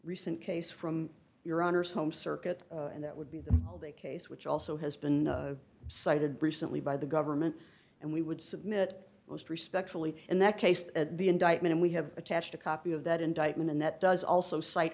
recent case from your honour's home circuit and that would be the case which also has been cited recently by the government and we would submit most respectfully in that case at the indictment and we have attached a copy of that indictment and that does also cite